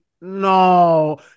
no